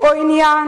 או עניין